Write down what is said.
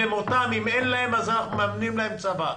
ובמותם כי אם אין להם אז הביטוח הלאומי מממן להם מצבה,